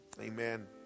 Amen